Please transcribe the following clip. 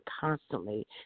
constantly